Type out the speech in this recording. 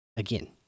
Again